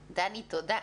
דני, תודה.